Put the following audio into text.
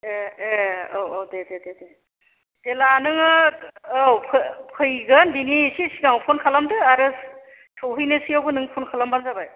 ए ए औ औ दे दे दे दे जेला नोङो औ फै फैगोन बिनि एसे सिगाङाव फन खालामदो आरो सौहैनोसैयावबो नों फन खालामबानो जाबाय